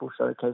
showcase